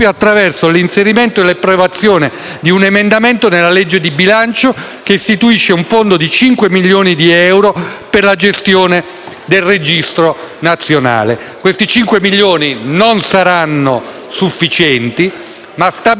del registro nazionale. Questi 5 milioni non saranno sufficienti, ma stabilire che una legge di questa complessità, con questi problemi, possa essere applicata in invarianza